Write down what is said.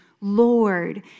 Lord